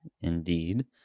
Indeed